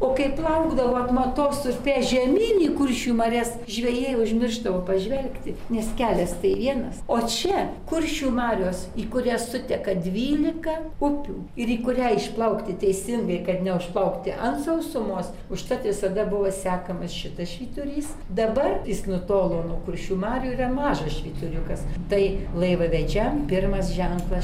o kai plaukdavo atmatos upe žemyn į kuršių marias žvejai užmiršdavo pažvelgti nes kelias tai vienas o čia kuršių marios į kurias suteka dvylika upių ir į kurią išplaukti teisingai kad neužplaukti ant sausumos užtat visada buvo sekamas šitas švyturys dabar jis nutolo nuo kuršių marių yra mažas švyturiukas tai laivavedžiam pirmas ženklas